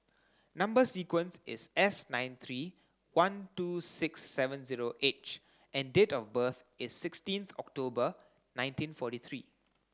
number sequence is S nine three one two six seven zero H and date of birth is sixteenth October nineteen forty three